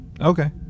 Okay